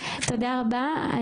תודה רבה.